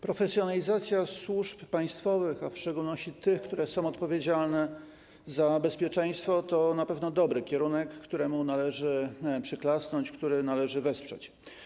Profesjonalizacja służb państwowych, a w szczególności tych, które są odpowiedzialne za bezpieczeństwo, to na pewno dobry kierunek, któremu należy przyklasnąć i który należy wesprzeć.